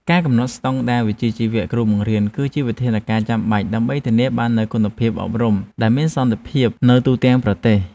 ការកំណត់ស្តង់ដារវិជ្ជាជីវៈគ្រូបង្រៀនគឺជាវិធានការចាំបាច់ដើម្បីធានាបាននូវគុណភាពអប់រំដែលមានសន្តិភាពនៅទូទាំងប្រទេស។